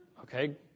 Okay